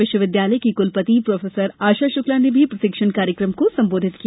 विश्वविद्यालय की कुलपति प्रोफेसर आशा शुक्ला ने भी प्रशिक्षण कार्यक्रम को संबोधित किया